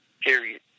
period